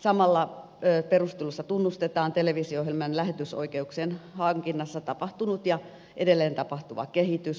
samalla perusteluissa tunnustetaan televisio ohjelmien lähetysoikeuksien hankinnassa tapahtunut ja edelleen tapahtuva kehitys